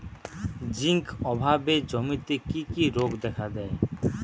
Zinc অভাবে জমিতে কি কি রোগ দেখাদেয়?